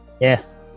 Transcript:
Yes